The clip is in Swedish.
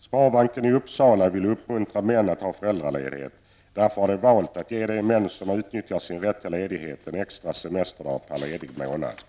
Sparbanken i Uppsala vill uppmuntra män att ta föräldraledigt. Därför har banken valt att ge de män som utnyttjar sin rätt till ledighet en extra semesterdag per ledig månad.